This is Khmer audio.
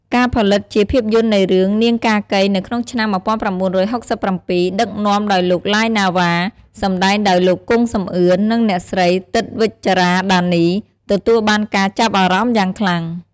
ការផលិតជាភាពយន្តនៃរឿង "នាងកាកី" នៅក្នុងឆ្នាំ ១៩៦៧ ដឹកនាំដោយលោក ឡាយ ណាវ៉ា សម្តែងដោយលោក គង់ សំអឿន និងអ្នកស្រី ទិត្យ វិជ្ជរ៉ាដានី ទទួលបានការចាប់អារម្មណ៍យ៉ាងខ្លាំង។